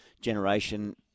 generation